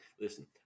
Listen